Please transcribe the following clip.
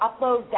upload